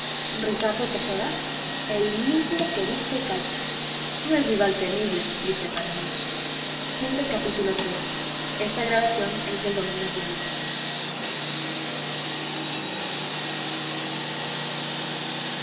ricardo tejeda el mismo que viste y calza no es rival temible dije para mí